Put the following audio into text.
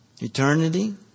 eternity